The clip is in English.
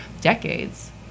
decades